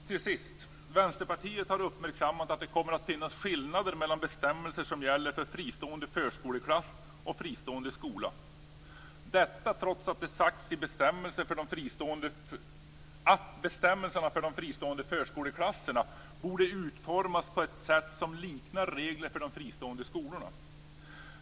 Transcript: Till sist: Vänsterpartiet har uppmärksammat att det kommer att finnas skillnader mellan bestämmelser som gäller för fristående förskoleklass och fristående skola - detta trots att det sagts att bestämmelserna för de fristående förskoleklasserna borde utformas på ett sätt som liknar reglerna för de fristående skolorna.